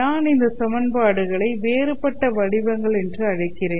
நான் இந்த சமன்பாடுகளை வேறுபட்ட வடிவங்கள் என்று அழைக்கிறேன்